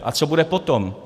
A co bude potom?